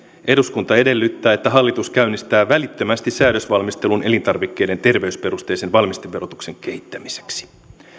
eduskunta edellyttää että hallitus käynnistää välittömästi säädösvalmistelun elintarvikkeiden terveysperusteisen valmisteverotuksen kehittämiseksi